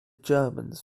germans